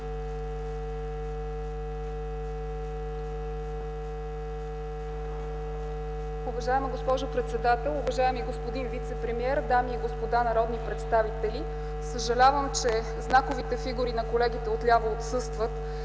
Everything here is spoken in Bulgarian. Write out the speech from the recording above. Уважаема госпожо председател, уважаеми господин вицепремиер, дами и господа народни представители! Съжалявам, че знаковите фигури на колегите отляво отсъстват,